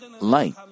light